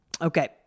Okay